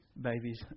Babies